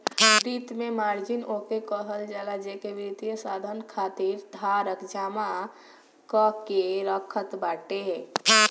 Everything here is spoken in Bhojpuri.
वित्त में मार्जिन ओके कहल जाला जेके वित्तीय साधन खातिर धारक जमा कअ के रखत बाटे